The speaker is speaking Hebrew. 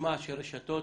שנשמע שרשתות